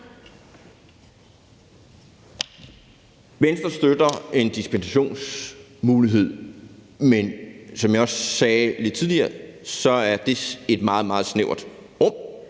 Venstre støtter en dispensationsmulighed, men som jeg også sagde tidligere, er det et meget, meget snævert rum.